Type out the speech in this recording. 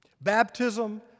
Baptism